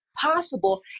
possible